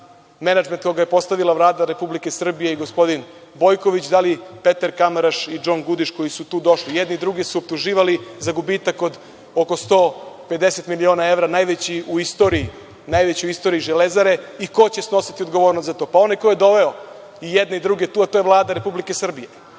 menadžment koga je postavila Vlada RS i gospodin Bojković, da li Peter Kamaraš i Džon Gudiš koji su tu došli. Jedni druge su optuživali za gubitak od oko 150 miliona evra, najveći u istoriji „Železare“ i ko će snositi odgovornost za to, pa onaj ko je doveo i jedne i druge tu, a to je Vlada RS, premijer